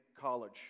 college